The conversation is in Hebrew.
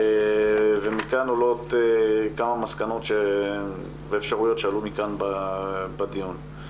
ומכאן עולות כמה מסקנות ואפשרויות שעלו כאן בדיון.